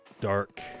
dark